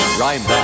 Rhyme